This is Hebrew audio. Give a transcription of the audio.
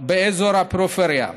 באזורי הפריפריה.